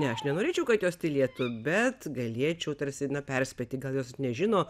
ne aš nenorėčiau kad jos tylėtų bet galėčiau tarsi perspėti gal jos nežino